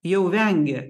jau vengia